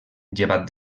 llevat